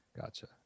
Gotcha